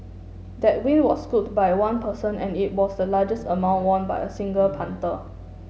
that win was scooped by one person and it was the largest amount won by a single punter